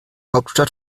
hauptstadt